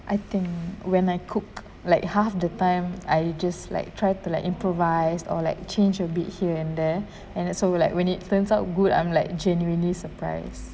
I think when I cook like half the time I just like try to like improvised or like change a bit here and there and it so when like when it turns out good I'm like genuinely surprise